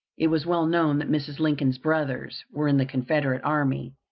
it was well known that mrs. lincoln's brothers were in the confederate army,